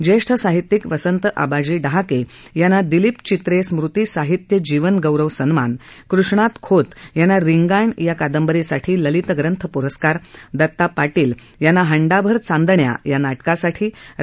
ज्येष्ठ साहित्यीक वसंत आबाजी डहाके यांना दिलीप चित्रे स्मृति साहित्य जीवनगौरव सन्मान कृष्णात खोत यांना रिंगाण या कादंबरीसाठी ललित ग्रंथ प्रस्कार दता पाटील यांना हंडाभर चांदण्या या नाटकासाठी रा